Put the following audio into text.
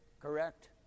Correct